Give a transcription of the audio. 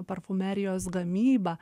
parfumerijos gamybą